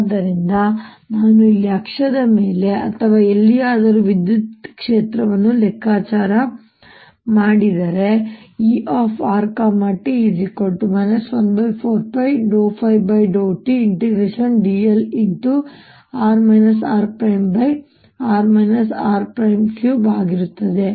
ಆದ್ದರಿಂದ ನಾನು ಇಲ್ಲಿ ಅಕ್ಷದ ಮೇಲೆ ಅಥವಾ ಎಲ್ಲಿಯಾದರೂ ವಿದ್ಯುತ್ ಕ್ಷೇತ್ರವನ್ನು ಲೆಕ್ಕಾಚಾರ ಮಾಡುತ್ತೇನೆ rt 14πdϕdtdl×r rr r3 ಆಗಿರುತ್ತದೆ